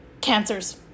Cancers